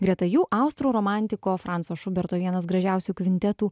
greta jų austrų romantiko franco šuberto vienas gražiausių kvintetų